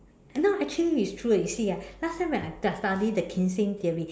now actually it's true eh you see ah last time when I study the mckinsey theory